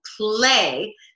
play